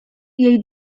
jej